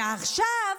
עכשיו,